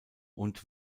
und